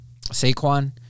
Saquon